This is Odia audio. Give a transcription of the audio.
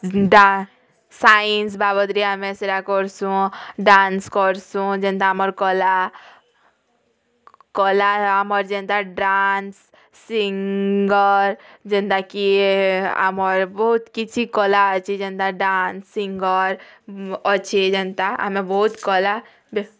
ଡା ସାଇନ୍ସ ବାବଦରେ ଆମେ ସେରା କର୍ସୁଁ ଡ଼୍ୟାନ୍ସ କର୍ସୁଁ ଯେନ୍ତା ଆମର୍ କଲା କଲା ଆମର୍ ଯେନ୍ତା ଡ଼୍ୟାନ୍ସ ସିଙ୍ଗର୍ ଯେନ୍ତା କି ଆମର୍ ବହୁତ୍ କିଛି କଲା ଅଛି ଯେନ୍ତା ଡ଼୍ୟାନ୍ସ ସିଙ୍ଗର୍ ଅଛେ ଯେନ୍ତା ଆମେ ବହୁତ କଲା